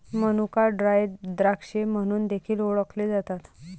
मनुका ड्राय द्राक्षे म्हणून देखील ओळखले जातात